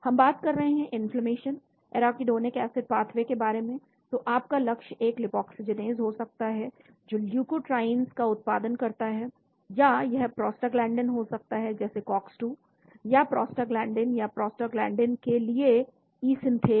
हम बात कर रहे हैं इन्फ्लेमेशन एराकिडोनिक एसिड पाथवे के बारे में तो आपका लक्ष्य एक लाइपोक्सिजीनेज हो सकता है जो ल्यूकोट्राईइनस का उत्पादन करता है या यह प्रोस्टाग्लैंडीन हो सकता है जैसे कॉक्स 2 या प्रोस्टाग्लैंडीन या प्रोस्टाग्लैंडीन के लिए ई सिंथेस